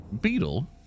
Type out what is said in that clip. beetle